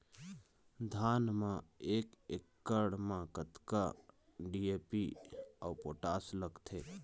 धान म एक एकड़ म कतका डी.ए.पी अऊ पोटास लगथे?